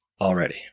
Already